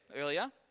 earlier